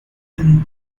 been